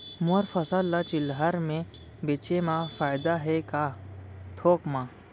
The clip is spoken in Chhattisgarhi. मोर फसल ल चिल्हर में बेचे म फायदा है के थोक म?